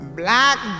black